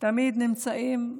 תמיד נמצאים בצד.